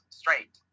straight